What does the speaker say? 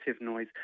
noise